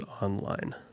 online